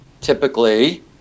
typically